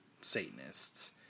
Satanists